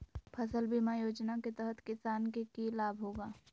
फसल बीमा योजना के तहत किसान के की लाभ होगा?